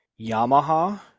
Yamaha